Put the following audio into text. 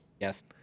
Yes